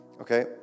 okay